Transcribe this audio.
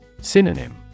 Synonym